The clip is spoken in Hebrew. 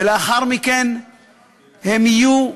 ולאחר מכן הם יהיו,